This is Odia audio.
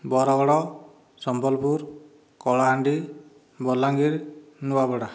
ବରଗଡ଼ ସମ୍ବଲପୁର କଳାହାଣ୍ଡି ବଲାଙ୍ଗୀର ନୂଆପଡ଼ା